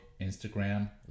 Instagram